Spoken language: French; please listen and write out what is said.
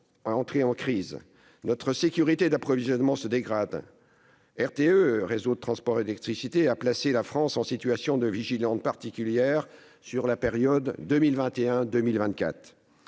Notre sécurité d'approvisionnement se dégrade. Réseau de transport d'électricité (RTE) a placé la France en situation de « vigilance particulière » sur la période 2021-2024.